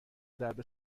درب